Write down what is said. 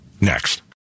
next